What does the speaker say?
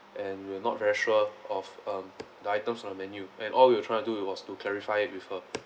and we were not very sure of um the items on the menu and all we were trying to do it was to clarify it with her